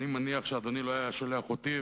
אני מניח שאדוני לא היה שולח אותי,